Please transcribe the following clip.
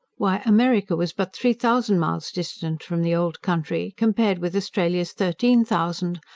why, america was but three thousand miles distant from the old country, compared with australia's thirteen thousand,